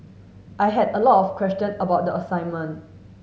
I had a lot of question about the assignment